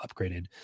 upgraded